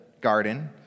garden